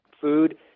food